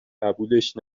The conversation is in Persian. قبولش